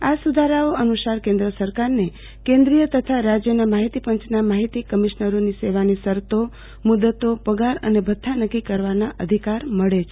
આ સુધારાઓ અનુસાર કેન્દ્ર સરકારને કેન્દ્રીય તથા રાજયોના માહિતી પંચના માહિતી કમિ શ્નરોની સેવાની શરતો મુદતુ પગાર અને ભથ્થાં નક્કી કરવાના અધિકાર મળે છે